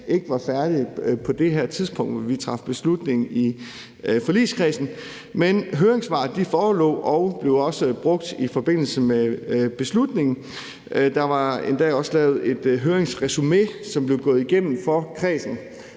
ikke var færdigt på det tidspunkt, hvor vi traf beslutning i forligskredsen, men høringssvarene forelå og blev også brugt i forbindelse med beslutningen. Der blev endda også lavet et høringsresumé, som blev gennemgået for kredsen,